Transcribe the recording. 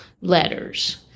letters